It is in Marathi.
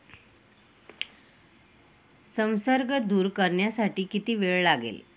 संसर्ग दूर करण्यासाठी किती वेळ लागेल?